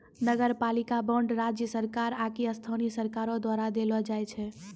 नगरपालिका बांड राज्य सरकार आकि स्थानीय सरकारो द्वारा देलो जाय छै